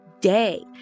day